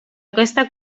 aquesta